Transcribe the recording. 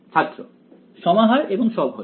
ছাত্র সমাহার এবং সব হল